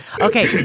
Okay